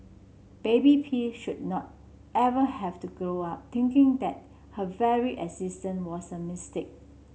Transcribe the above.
baby P should not ever have to grow up thinking that her very existence was a mistake